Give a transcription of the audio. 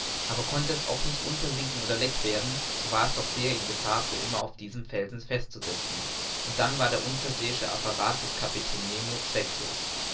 aber konnte es auch nicht untersinken oder leck werden so war es doch sehr in gefahr für immer auf diesen felsen fest zu sitzen und dann war der unterseeische apparat des kapitäns nemo zwecklos